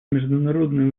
международные